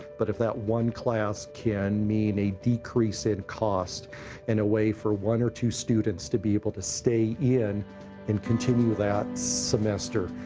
but if that one class can mean a decrease in cost in a way for one or two students to be able to stay in and continue that semester,